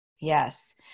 Yes